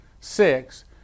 six